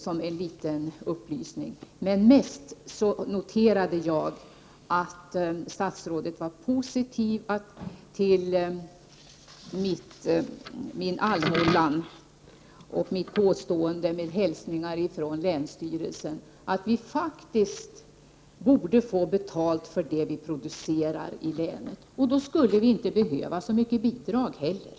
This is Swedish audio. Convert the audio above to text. Jag noterade emellertid främst att statsrådet var positiv till min anhållan och mitt påstående med hälsningar från länsstyrelsen att vi faktiskt borde få betalt för det vi producerar i länet. Då skulle vi inte heller behöva lika mycket bidrag som i dag.